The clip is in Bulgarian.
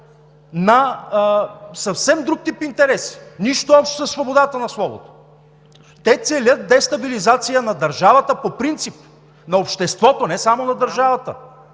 на съвсем друг тип интереси – нищо общо със свободата на словото. Те целят дестабилизация на държавата по принцип, на обществото, не само на държавата,